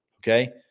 Okay